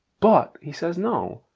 but, he says, no